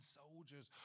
soldiers